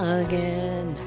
again